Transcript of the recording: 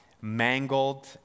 mangled